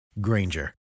Granger